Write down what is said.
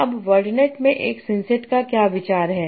अब वर्डनेट में एक सिंसेट का विचार क्या है